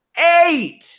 Eight